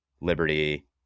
Liberty